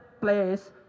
place